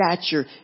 stature